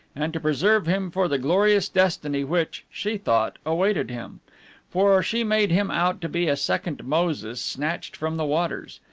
and to preserve him for the glorious destiny which, she thought, awaited him for she made him out to be a second moses snatched from the waters.